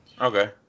Okay